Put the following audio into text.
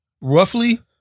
roughly